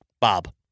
Bob